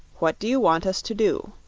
what do you want us to do?